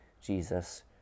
Jesus